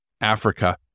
Africa